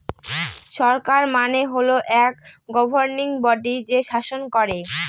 সরকার মানে হল এক গভর্নিং বডি যে শাসন করেন